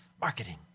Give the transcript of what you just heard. marketing